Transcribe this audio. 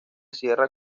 cierra